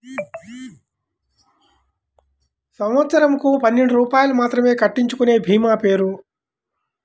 సంవత్సరంకు పన్నెండు రూపాయలు మాత్రమే కట్టించుకొనే భీమా పేరు?